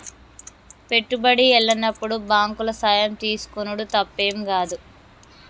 పెట్టుబడి ఎల్లనప్పుడు బాంకుల సాయం తీసుకునుడు తప్పేం గాదు